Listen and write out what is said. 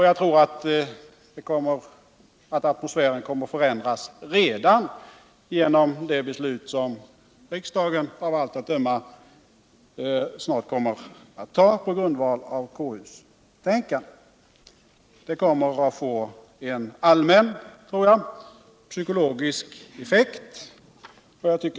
Jag tror att almosfären kommer att förändras redan genom det beslut som riksdagen av allt att döma snart kommer att fatta på grundval av konstitutionsutskottets betänkande, eftersom detta kommer att få en allmän psykologisk effekt.